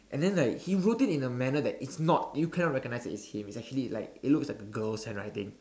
and then like he wrote it in a manner that it's not you cannot recognise that it's him it's actually like it looks like a girl's handwriting